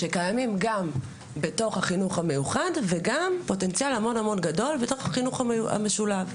שקיימת גם בחינוך המיוחד וגם יש פוטנציאל מאוד גדול בחינוך המשולב.